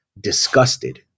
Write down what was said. disgusted